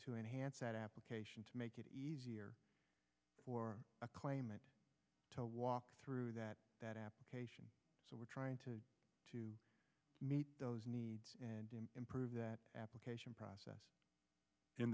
to enhance that application to make it easier for a claimant to walk through that that application so we're trying to to meet those needs and improve that application process in